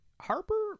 Harper